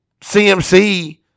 CMC